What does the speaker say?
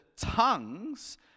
tongues